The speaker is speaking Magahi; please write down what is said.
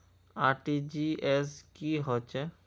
आर.टी.जी.एस की होचए?